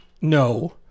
no